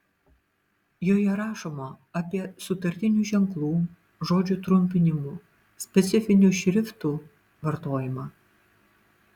joje rašoma apie sutartinių ženklų žodžių trumpinimų specifinių šriftų vartojimą